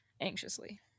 anxiously